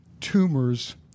tumors